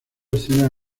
escenas